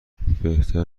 بهتر